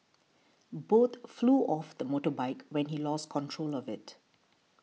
both flew off the motorbike when he lost control of it